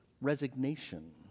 resignation